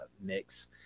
mix